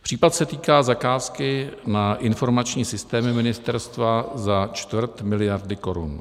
Případ se týká zakázky na informační systémy ministerstva za čtvrt miliardy korun.